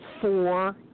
four